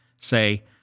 say